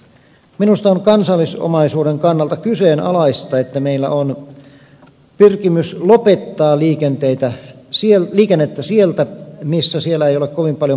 minusta on kansallisomaisuuden kannalta kyseenalaista että meillä on pyrkimys lopettaa liikennettä sieltä missä ei ole kovin suuria matkustajamääriä